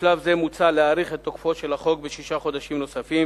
בשלב זה מוצע להאריך את תוקפו של החוק בשישה חודשים נוספים.